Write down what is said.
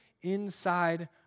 inside